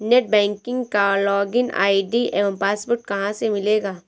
Net banking का login ID एवं password कहाँ से मिलेगा?